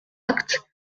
acte